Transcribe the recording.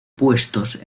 puestos